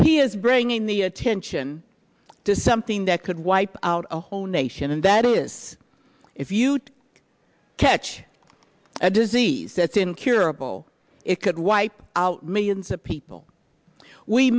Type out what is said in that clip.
he is bringing the attention to something that could wipe out a whole nation and that is if you catch a disease that's incurable it could wipe out millions of people we